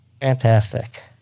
Fantastic